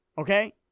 Okay